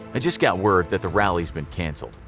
i just got word that the rally has been canceled.